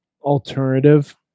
alternative